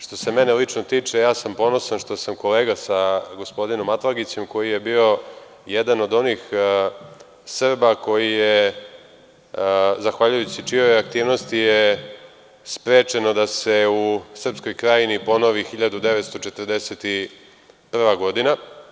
Što se mene lično tiče, ponosan sam što sam kolega sa gospodinom Atlagićem, koji je bio jedan od onih Srba, zahvaljujući čijoj aktivnosti je sprečeno da se u srpskoj Krajini ponovi 1941. godina.